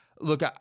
look